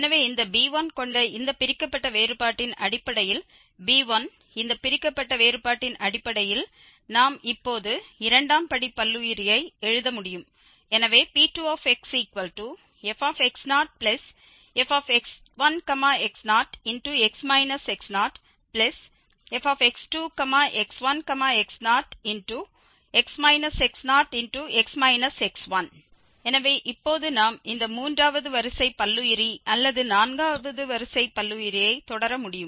எனவே இந்த b1 கொண்ட இந்த பிரிக்கப்பட்ட வேறுபாட்டின் அடிப்படையில் b1 இந்த பிரிக்கப்பட்ட வேறுபாட்டின் அடிப்படையில் நாம் இப்போது இரண்டாம் படி பல்லுயிரியை எழுத முடியும் எனவே P2xfx0fx1x0x x0fx2x1x0 எனவே இப்போது நாம் இந்த மூன்றாவது வரிசை பல்லுயிரி அல்லது நான்காவது வரிசை பல்லுயிரியை தொடர முடியும்